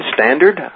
Standard